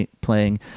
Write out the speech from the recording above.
playing